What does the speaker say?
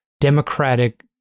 Democratic